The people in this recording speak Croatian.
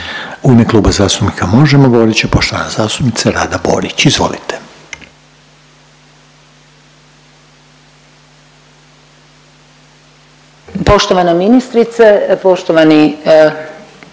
U ime Kluba zastupnika Možemo! govorit će poštovana zastupnica Rada Borić, izvolite. **Borić, Rada (Možemo!)** Poštovana